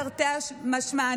תרתי משמע,